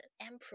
emperor